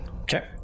Okay